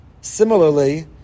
Similarly